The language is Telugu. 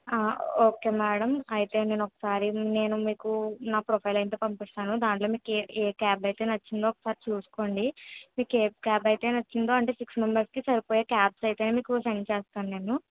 ఓకే మేడం అయితే నేను ఒకసారి నేను మీకు నా ప్రొఫైలైతే పంపిస్తాను దాంట్లో మీకు ఏ ఏ క్యాబ్ అయితే నచ్చిందో ఒకసారి చూసుకోండి మీకు ఏ క్యాబ్ అయితే నచ్చిందో అంటే సిక్స్ మెంబర్స్కి సరిపోయే క్యాబ్స్ అయితే మీకు సెండ్ చేస్తాను నేను